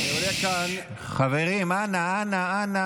בבקשה, אדוני.